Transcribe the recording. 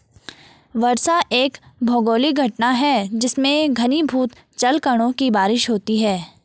वर्षा एक भौगोलिक घटना है जिसमें घनीभूत जलकणों की बारिश होती है